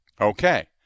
Okay